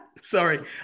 Sorry